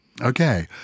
Okay